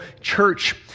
church